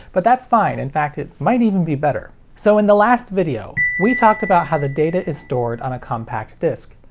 but that's fine, in fact it might even be better. so, in the last video, ding we talked about how the data is stored on a compact disc.